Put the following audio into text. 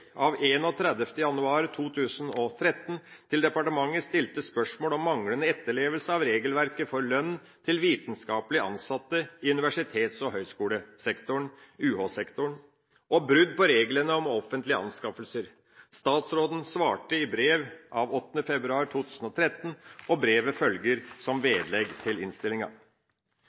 av 31. januar 2013 til departementet stilte spørsmål om manglende etterlevelse av regelverket for lønn til vitenskapelig ansatte i universitets- og høgskolesektoren, UH-sektoren, og brudd på reglene om offentlige anskaffelser. Statsråden svarte i brev av 8. februar 2013. Brevet følger som vedlegg til innstillinga.